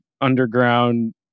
underground